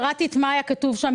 קראתי מה היה כתוב שם,